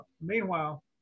Meanwhile